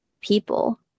people